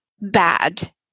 bad